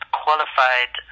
qualified